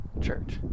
church